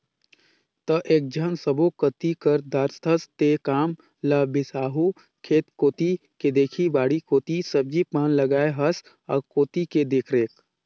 त एकेझन सब्बो कति कर दारथस तें काम ल बिसाहू खेत कोती के देखही बाड़ी कोती सब्जी पान लगाय हस आ कोती के देखरेख